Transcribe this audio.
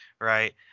Right